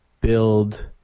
build